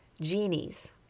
genies